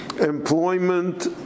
employment